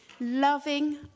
Loving